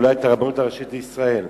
אולי את הרבנות הראשית לישראל.